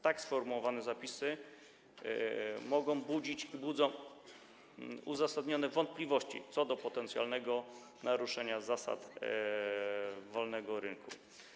Tak sformułowane zapisy mogą budzić i budzą uzasadnione wątpliwości co do potencjalnego naruszenia zasad wolnego rynku.